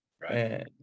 right